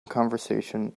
conversation